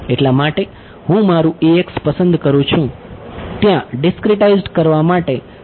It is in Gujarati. એટલા માટે હું મારું પસંદ કરું છું ત્યાં ડીસ્ક્રીટાઇઝ્ડ કરવા માટે અને બીજે ક્યાંક નહીં